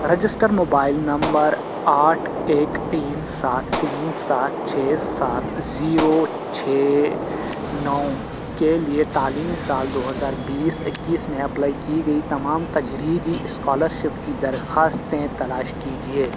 register mobile number آٹھ ایک تین سات تین سات چھ سات زیرو چھ نو کے لیے تعلیمی سال دو ہزار بیس اکیس میں اپلائی کی گئی تمام تجریدی اسکالرشپ کی درخواستیں تلاش کیجیے